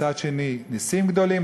מצד שני נסים גדולים.